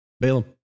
Balaam